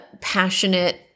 passionate